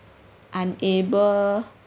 unable